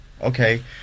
okay